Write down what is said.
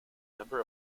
member